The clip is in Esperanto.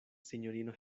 sinjorino